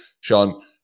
sean